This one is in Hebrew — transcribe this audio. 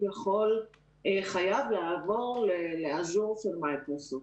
חייב לעבור ל-Azure של מייקרוסופט.